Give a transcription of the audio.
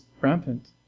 rampant